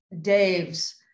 Dave's